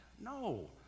No